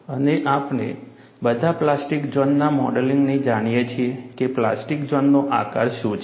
અને આપણે બધા પ્લાસ્ટિક ઝોનના મોડેલિંગથી જાણીએ છીએ કે પ્લાસ્ટિક ઝોનનો આકાર શું છે